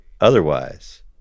otherwise